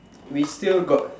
we still got